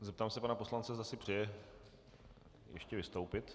Zeptám se pana poslance, zda si přeje ještě vystoupit.